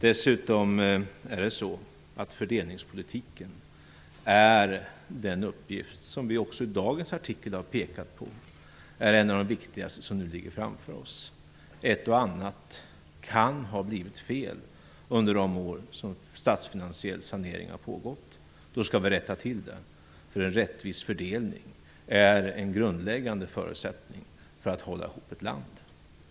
Dessutom är det så att fördelningspolitiken, något som vi också i dagens artikel har pekat på, är en av de viktigaste uppgifter som nu ligger framför oss. Ett och annat kan ha blivit fel under de år som statsfinansiell sanering har pågått. Då skall vi rätta till det. En rättvis fördelning är en grundläggande förutsättning för att hålla ihop ett land.